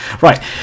right